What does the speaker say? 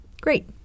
Great